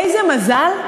איזה מזל.